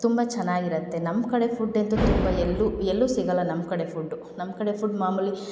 ತುಂಬ ಚೆನ್ನಾಗಿರತ್ತೆ ನಮ್ಮ ಕಡೆ ಫುಡ್ಡಂತೂ ತುಂಬ ಎಲ್ಲೂ ಎಲ್ಲೂ ಸಿಗಲ್ಲ ನಮ್ಮ ಕಡೆ ಫುಡ್ಡು ನಮ್ಮ ಕಡೆ ಫುಡ್ ಮಾಮೂಲಿ